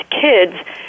kids